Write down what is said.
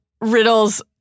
Riddle's